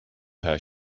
her